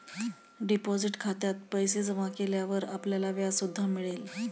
deposit खात्यात पैसे जमा केल्यावर आपल्याला व्याज सुद्धा मिळेल